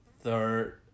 third